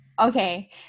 okay